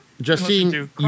Justine